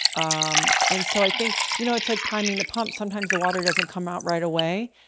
um and so i think, you know, it's like priming the pump. sometimes the water doesn't come out right away,